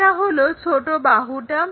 এটা হলো ছোট বাহুটা